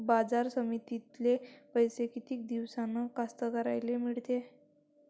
बाजार समितीतले पैशे किती दिवसानं कास्तकाराइले मिळते?